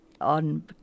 on